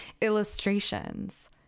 illustrations